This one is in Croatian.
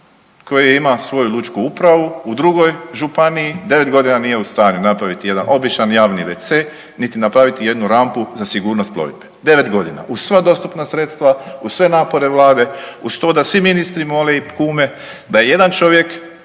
koji ima svoju lučku upravu u drugoj županiji, 9.g. nije u stanju napraviti jedan običan javni wc, niti napraviti jednu rampu za sigurnost plovidbe, 9.g. uz sva dostupna sredstva, uz sve napore vlade, uz to da svi ministri mole i kume da je jedan čovjek,